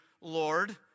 Lord